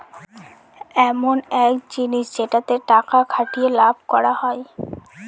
ইমন এক জিনিস যেটাতে টাকা খাটিয়ে লাভ করা হয়